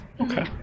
Okay